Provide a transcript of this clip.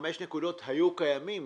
חמש הנקודות היו קיימות.